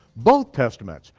both testaments,